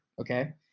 okay